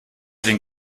den